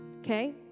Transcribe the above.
Okay